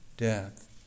Death